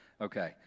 Okay